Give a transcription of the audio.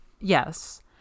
Yes